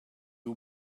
you